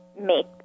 make